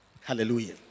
Hallelujah